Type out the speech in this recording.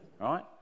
right